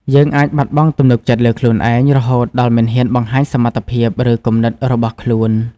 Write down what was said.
យើងអាចបាត់បង់ទំនុកចិត្តលើខ្លួនឯង រហូតដល់មិនហ៊ានបង្ហាញសមត្ថភាព ឬគំនិតរបស់ខ្លួន។